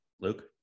Luke